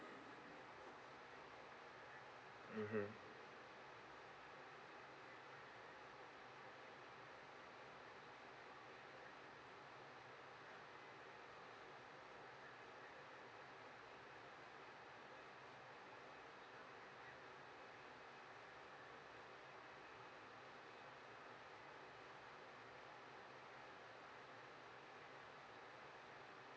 mmhmm